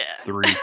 three